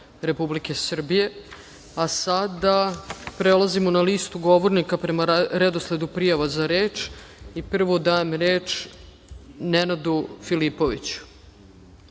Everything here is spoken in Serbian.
Republike Srbije. Sada prelazimo na listu govornika prema redosledu prijava za reč. Prvo dajem reč Nenadu Filipoviću.